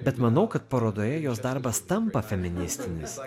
bet manau kad parodoje jos darbas tampa feministinis